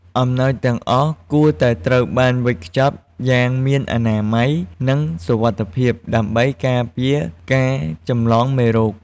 អំណោយទាំងអស់គួរតែត្រូវបានវេចខ្ចប់យ៉ាង មានអនាម័យ និងសុវត្ថិភាព ដើម្បីការពារការចម្លងមេរោគ។